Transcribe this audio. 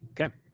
Okay